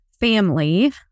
family